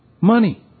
money